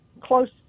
close